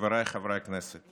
חבריי חברי הכנסת,